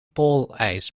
poolijs